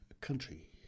country